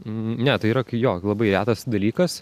ne tai yra jo labai retas dalykas